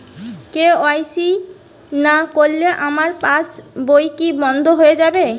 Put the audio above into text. KYC না করলে আমার পাশ বই কি বন্ধ হয়ে যাবে?